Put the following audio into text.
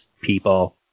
people